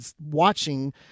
watching